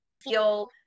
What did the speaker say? feel